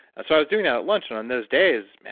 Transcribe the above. so i was doing that at lunch, and on those days,